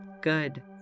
Good